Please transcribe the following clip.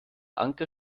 anker